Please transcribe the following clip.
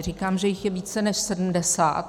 Říkám, že jich je více než sedmdesát.